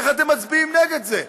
איך אתם מצביעים נגד זה?